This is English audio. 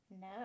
No